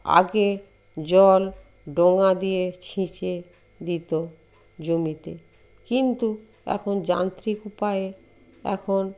আগে জল ডোঙা দিয়ে ছেঁচে দিতো জমিতে কিন্তু এখন যান্ত্রিক উপায়ে এখন